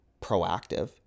proactive